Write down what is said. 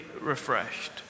refreshed